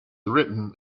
written